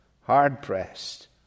Hard-pressed